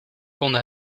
konden